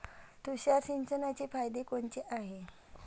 तुषार सिंचनाचे फायदे कोनचे हाये?